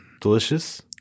delicious